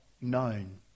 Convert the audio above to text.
known